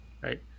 right